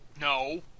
No